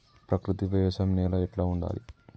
ప్రకృతి వ్యవసాయం నేల ఎట్లా ఉండాలి?